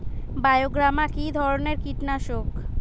বায়োগ্রামা কিধরনের কীটনাশক?